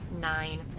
Nine